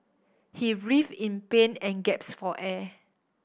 he writhed in pain and gaps for air